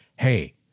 hey